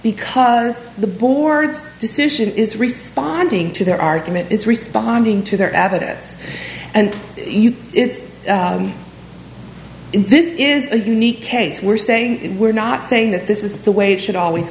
because the board's decision is responding to their argument is responding to their evidence and you this is a unique case we're saying we're not saying that this is the way it should always